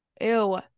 ew